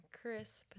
crisp